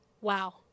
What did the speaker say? Wow